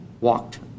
walked